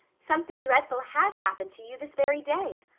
something dreadful has happened to you this very day.